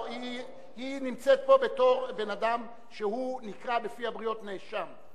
היא נמצאת פה בתור בן-אדם שנקרא בפי הבריות נאשם,